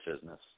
business